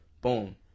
boom